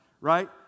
Right